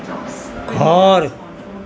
ঘৰ